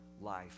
life